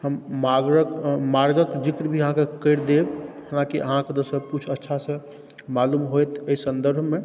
हम मार्गके जिक्र भी अहाँके करि देब हालाँकि अहाँके तऽ सबकिछु अच्छासँ मालूम होएत एहि सन्दर्भमे